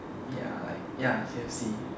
ya like ya K_F_C